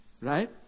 right